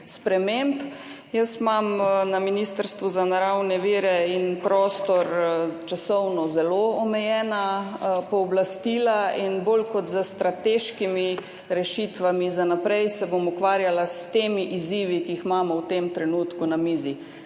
sprememb. Na Ministrstvu za naravne vire in prostor imam časovno zelo omejena pooblastila. Bolj kot s strateškimi rešitvami za naprej se bom ukvarjala s temi izzivi, ki jih imamo v tem trenutku na mizi.